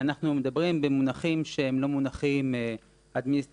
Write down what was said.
אנחנו מדברים במונחים שהם לא מונחים אדמיניסטרטיביים,